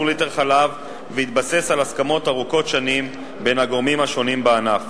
ליטר חלב והתבסס על הסכמות רבות שנים בין הגורמים השונים בענף